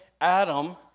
Adam